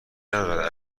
ندارد